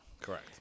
Correct